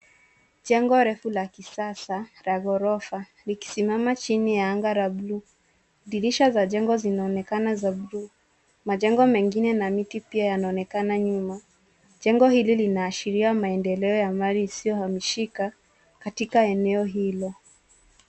Jengo refu la kisasa la ghorofa likisimama chini ya anga la buluu. Dirisha za jengo zinaonekana za buluu. Majengo mengine na miti pia yanaonekana nyuma. Jengo hili linaashiria maendeleo ya mali isiyohamishika katika eneo hilo.